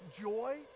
joy